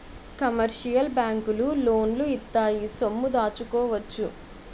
commercial బ్యాంకులు లోన్లు ఇత్తాయి సొమ్ము దాచుకోవచ్చు